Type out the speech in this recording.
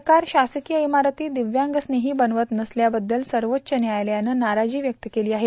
सरकार शासकीय इमारती दिव्यांगांस्नेही बनवत नसल्याबद्दल सर्वोच्च न्यायालयानं नाराजी व्यक्त केली आहे